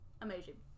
Amazing